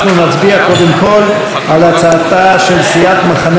אנחנו נצביע קודם כול על הצעתה של סיעת המחנה